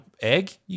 egg